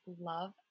love